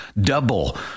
Double